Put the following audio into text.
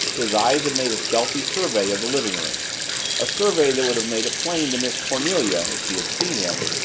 his eyes had made a stealthy survey of the living-room a survey that would have made it plain to miss cornelia, if she had seen him,